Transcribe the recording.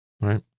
right